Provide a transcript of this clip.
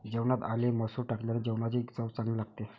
जेवणात आले मसूर टाकल्याने जेवणाची चव चांगली लागते